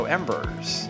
Embers